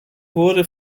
wurde